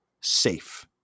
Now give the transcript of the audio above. safe